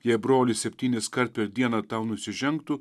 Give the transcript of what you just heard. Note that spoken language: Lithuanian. jei brolis septyniskart per dieną tau nusižengtų